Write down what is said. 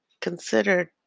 considered